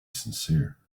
sincere